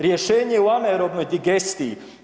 Rješenje je u anaerobnoj digestiji.